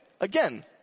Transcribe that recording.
again